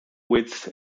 width